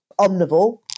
omnivore